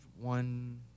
one